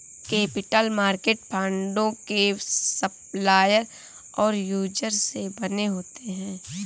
capital market फंडों के supplier और यूजर से बने होते हैं